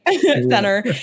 Center